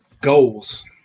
goals